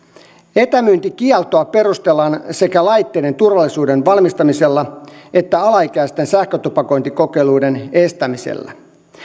etämyyntikieltoa perustellaan sekä laitteiden turvallisuuden varmistamisella että alaikäisten sähkötupakointikokeiluiden estämisellä